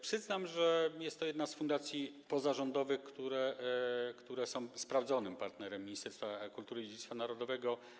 Przyznam, że jest to jedna z fundacji pozarządowych, które są sprawdzonym partnerem Ministerstwa Kultury i Dziedzictwa Narodowego.